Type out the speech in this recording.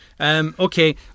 Okay